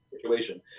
situation